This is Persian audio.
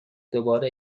دوباره